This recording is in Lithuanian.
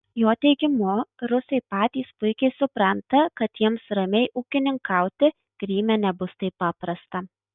jo teigimu rusai patys puikiai supranta kad jiems ramiai ūkininkauti kryme nebus taip paprasta